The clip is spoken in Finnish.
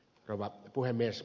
rouva puhemies